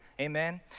amen